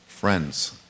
friends